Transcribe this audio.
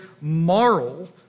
moral